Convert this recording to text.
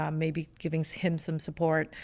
um maybe giving so him some support